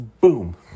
Boom